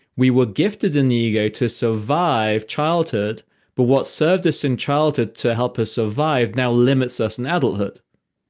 we were gifted in the ego to survive childhood but what served us in childhood to help us survive, now limits us in adulthood.